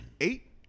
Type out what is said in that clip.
eight